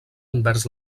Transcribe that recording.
envers